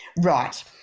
Right